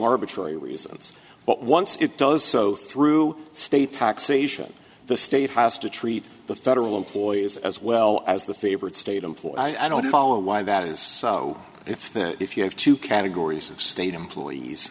arbitrary reasons but once it does so through state taxation the state has to treat the federal employees as well as the favorite state employee i don't follow why that is so if there if you have two categories of state employees